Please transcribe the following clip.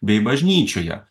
bei bažnyčioje